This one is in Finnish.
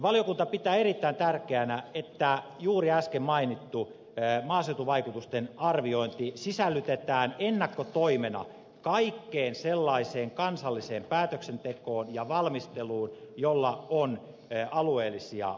valiokunta pitää erittäin tärkeänä että juuri äsken mainittu maaseutuvaikutusten arviointi sisällytetään ennakkotoimena kaikkeen sellaiseen kansalliseen päätöksentekoon ja valmisteluun jolla on alueellisia vaikutuksia